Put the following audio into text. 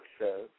says